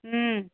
ಹ್ಞೂ